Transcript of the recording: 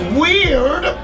weird